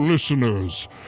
Listeners